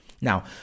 Now